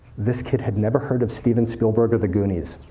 this kid had never heard of steven spielberg or the goonies.